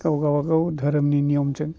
गाव गावबा गाव धोरोमनि नियमजों